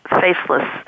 faceless